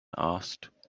asked